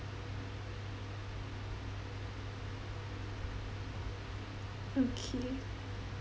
okay